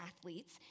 athletes